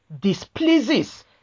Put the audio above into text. displeases